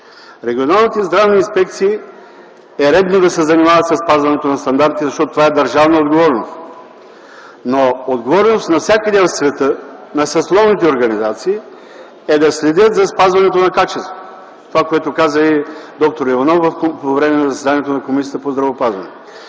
Регионалните здравни инспекции е редно да се занимават със спазването на стандартите, защото това е държавна отговорност. Но отговорност навсякъде в света на съсловните организации е да следят за спазването на качеството – това, което каза и д-р Иванов по време на заседанието на Комисията по здравеопазването.